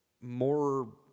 more